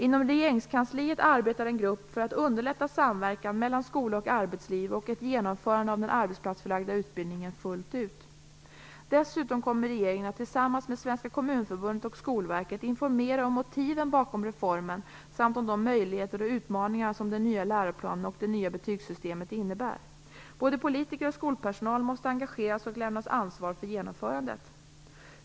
Inom regeringskansliet arbetar en grupp för att underlätta samverkan mellan skola och arbetsliv och för ett genomförande av den arbetsplatsförlagda utbildningen fullt ut. Dessutom kommer regeringen att tillsammans med Svenska Kommunförbundet och Skolverket informera om motiven bakom reformen samt om de möjligheter och utmaningar som den nya läroplanen och det nya betygssystemet innebär. Både politiker och skolpersonal måste engageras och lämnas ansvar för genomförandet.